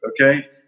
okay